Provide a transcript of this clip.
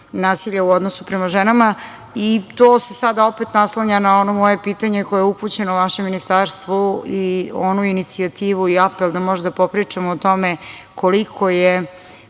nasilja u odnosu prema ženama. To se sada opet naslanja na ono moje pitanje koje je upućeno vašem ministarstvu i onu inicijativu i apel da možemo da popričamo o tome koliko je